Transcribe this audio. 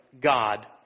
God